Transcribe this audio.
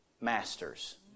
masters